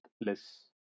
less